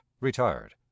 retired